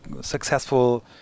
successful